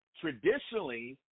Traditionally